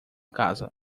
casa